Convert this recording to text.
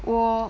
oh